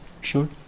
sure